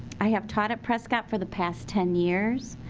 i have taught at prescott for the past ten years.